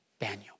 Daniel